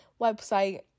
website